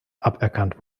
aberkannt